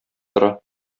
тора